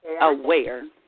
aware